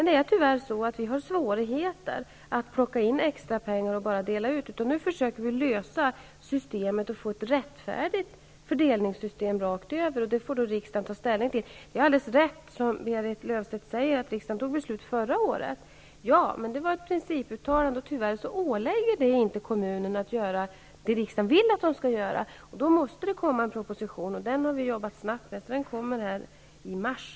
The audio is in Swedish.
Men det är svårt att plocka in extra pengar och sedan bara dela ut dem. Nu fösöker vi lösa frågan och få fram ett rättfärdigt fördelningssystem rakt över. Det får riksdagen ta ställning till. Det är alldeles riktigt, som Berit Löfstedt säger, att riksdagen fattade beslut förra året. Men det var ett principuttalande, och det ålägger tyvärr inte kommunerna att göra det riksdagen vill att kommunerna skall göra. Då måste det komma en proposition, och vi har arbetat snabbt med den. Den läggs fram i mars.